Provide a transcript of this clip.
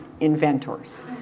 inventors